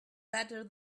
better